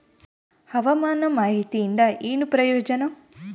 ಹವಾಮಾನ ಮಾಹಿತಿಯಿಂದ ಏನು ಪ್ರಯೋಜನ?